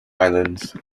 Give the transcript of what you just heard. islands